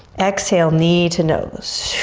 exhale knee to nose.